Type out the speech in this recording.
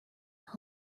that